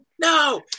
no